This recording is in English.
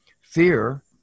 Fear